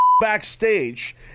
Backstage